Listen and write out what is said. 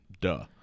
duh